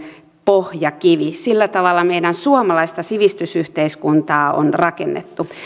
pohjakivi sillä tavalla meidän suomalaista sivistysyhteiskuntaa on rakennettu